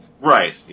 Right